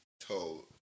told